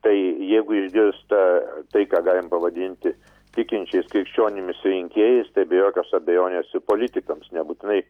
tai jeigu išgirsta tai ką galim pavadinti tikinčiais krikščionimis rinkėjais be jokios abejonės ir politikams nebūtinai